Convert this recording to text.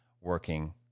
working